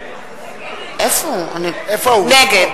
נגד